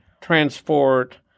transport